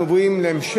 הוא אמר, .